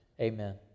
Amen